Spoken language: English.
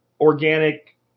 organic